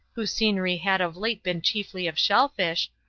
whose scenery had of late been chiefly of shellfish,